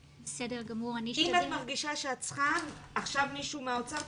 --- אם את מרגישה שאת צריכה עכשיו מישהו מהאוצר,